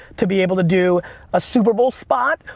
to be able to do a super bowl spot,